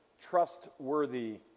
trustworthy